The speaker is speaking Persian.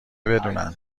بدونن